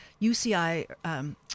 UCI